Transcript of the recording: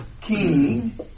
king